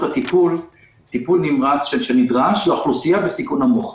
טיפול נמרץ שנדרש לאוכלוסייה בסיכון נמוך.